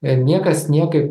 ir niekas niekaip